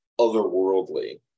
otherworldly